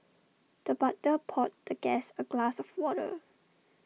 the butler poured the guest A glass of water